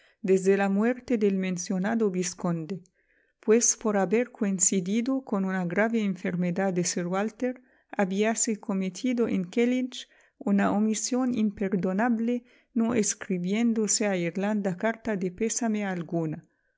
desde la muerte del mencionado vizconde pues por haber coincidido con una grave enfermedad de sir walter habíase cometido en kellynch una omisión imperdonable no escribiéndose a irlanda carta de pésame alguna